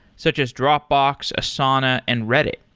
such as dropbox, asana and reddit.